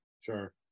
sure